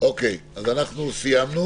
סיימנו